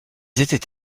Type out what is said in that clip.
étaient